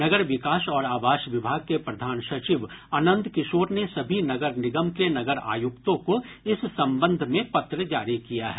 नगर विकास और आवास विभाग के प्रधान सचिव आनंद किशोर ने सभी नगर निगम के नगर आयुक्तों को इस संबंध में पत्र जारी किया है